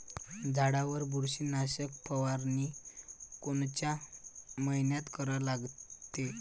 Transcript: झाडावर बुरशीनाशक फवारनी कोनच्या मइन्यात करा लागते?